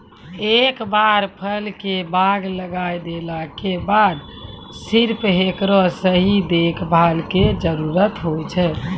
एक बार फल के बाग लगाय देला के बाद सिर्फ हेकरो सही देखभाल के जरूरत होय छै